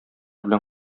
белән